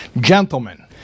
Gentlemen